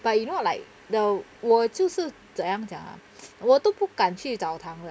but you know like the 我就是怎样讲啊我都不敢去澡堂的